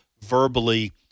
verbally